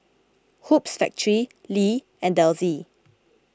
Hoops Factory Lee and Delsey